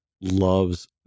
loves